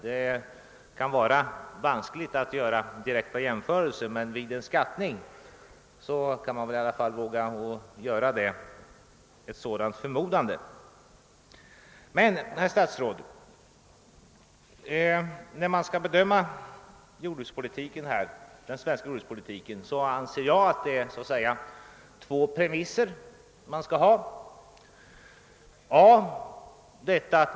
Det kan därför vara vanskligt att göra direkta jämförelser, men vid en uppskattning kan man väl ändå våga sig på ett sådant antagande. Men, herr statsråd, en bedömning av den svenska .jordbrukspolitiken bör grunda sig på följande två premisser: a.